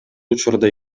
учурда